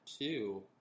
two